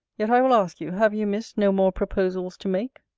yet i will ask you, have you, miss, no more proposals to make?